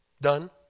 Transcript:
Done